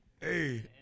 hey